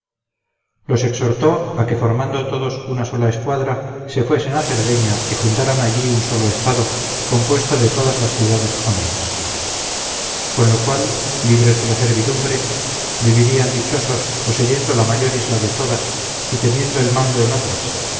los exhortó a que formando todos una sola escuadra se fuesen a cerdeña y fundaran allí un solo estado compuesto de todas las ciudades jonias con lo cual libres de la servidumbre vivirían dichosos poseyendo la mayor isla de todas y teniendo el mando en otras